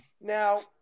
Now